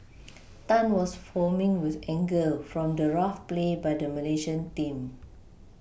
Tan was foaming with anger from the rough play by the Malaysian team